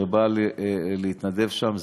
שבאה להתנדב שם.